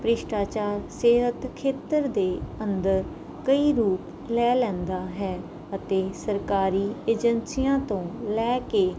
ਭ੍ਰਿਸ਼ਟਾਚਾਰ ਸਿਹਤ ਖੇਤਰ ਦੇ ਅੰਦਰ ਕਈ ਰੂਪ ਲੈ ਲੈਂਦਾ ਹੈ ਅਤੇ ਸਰਕਾਰੀ ਏਜੰਸੀਆਂ ਤੋਂ ਲੈ ਕੇ